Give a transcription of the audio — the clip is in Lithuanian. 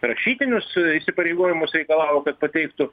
rašytinius įsipareigojimus reikalavo kad pateiktų